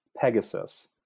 Pegasus